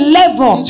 level